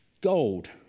Gold